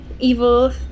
evil